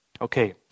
Okay